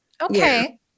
Okay